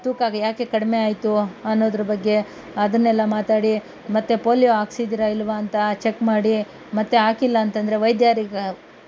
ತೂಕ ಯಾಕೆ ಕಡಿಮೆ ಆಯಿತು ಅನ್ನೋದ್ರ ಬಗ್ಗೆ ಅದನ್ನೆಲ್ಲ ಮಾತಾಡಿ ಮತ್ತು ಪೋಲಿಯೋ ಹಾಕ್ಸಿದ್ದೀರಾ ಇಲ್ವಾ ಅಂತ ಚಕ್ ಮಾಡಿ ಮತ್ತೆ ಹಾಕಿಲ್ಲ ಅಂತಂದರೆ ವೈದ್ಯರಿಗೆ